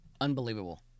Unbelievable